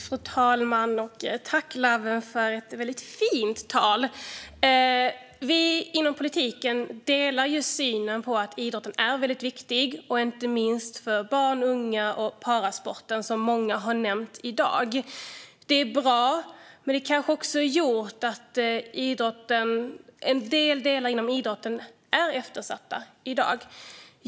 Fru talman! Tack, Lawen, för ett väldigt fint tal! Inom politiken delar vi synen att idrotten är väldigt viktig, inte minst för barn och unga och inte minst parasporten, som många har nämnt i dag. Det är bra, men det kanske också har gjort att vissa delar inom idrotten är eftersatta i dag.